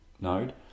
node